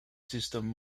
system